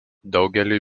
daugeliui